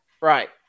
Right